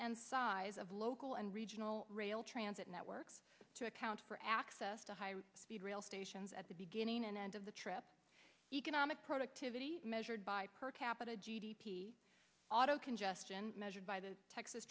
and size of local and regional rail transit networks to account for access to high speed rail stations at the beginning and end of the trip economic productivity measured by per capita g d p auto congestion measured by the texas